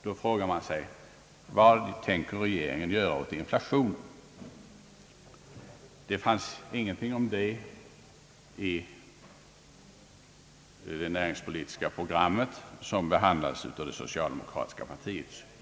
Då frågar man sig vad regeringen tänker göra åt inflationen, Det sades ingenting om detta i det näringspolitiska program som behandlades av det socialdemokratiska partiet.